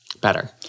better